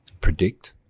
predict